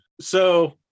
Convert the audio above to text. So-